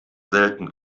selten